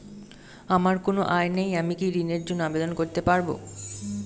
আমার কোনো আয় নেই আমি কি ঋণের জন্য আবেদন করতে পারব?